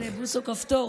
יש לבוסו כפתור,